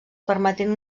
permetent